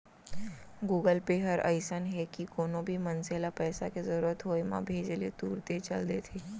Google Pay हर अइसन हे कि कोनो भी मनसे ल पइसा के जरूरत होय म भेजे ले तुरते चल देथे